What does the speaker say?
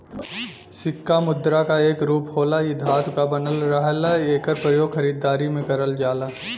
सिक्का मुद्रा क एक रूप होला इ धातु क बनल रहला एकर प्रयोग खरीदारी में करल जाला